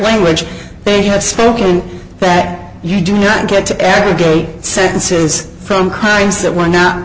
language they have spoken that you do not get to aggregate sentences from crimes that were not